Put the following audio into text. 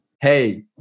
Hey